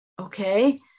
okay